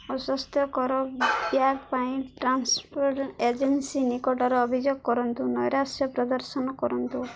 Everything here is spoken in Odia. ଅସ୍ୱାସ୍ଥ୍ୟକର ବ୍ୟାଗ୍ ପାଇଁ ଟ୍ରାନ୍ସପୋର୍ଟ ଏଜେନ୍ସି ନିକଟର ଅଭିଯୋଗ କରନ୍ତୁ ନୈରାଶ୍ର ପ୍ରଦର୍ଶନ କରନ୍ତୁ